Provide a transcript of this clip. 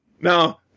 Now